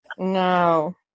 No